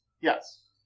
Yes